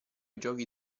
giochi